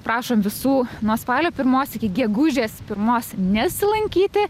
prašom visų nuo spalio pirmos iki gegužės pirmos nesilankyti